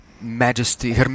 Majesty